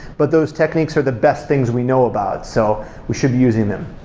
but those techniques are the best things we know about, so we should be using them